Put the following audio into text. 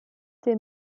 des